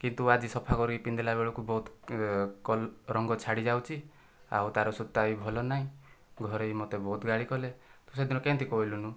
କିନ୍ତୁ ଆଜି ସଫା କରିକି ପିନ୍ଧିଲା ବେଳକୁ ବହୁତ କ ରଙ୍ଗ ଛାଡ଼ି ଯାଉଛି ଆଉ ତାର ସୁତା ବି ଭଲ ନାହିଁ ଘରେ ବି ମୋତେ ବହୁତ ଗାଳି କଲେ ତୁ ସେଦିନ କେମିତି କହିଲୁନୁ